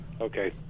Okay